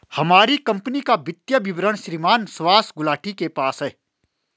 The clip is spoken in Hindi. हमारी कम्पनी का वित्तीय विवरण श्रीमान सुभाष गुलाटी के पास है